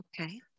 okay